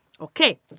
Okay